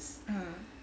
ah